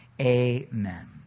Amen